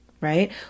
Right